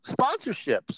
sponsorships